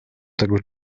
tego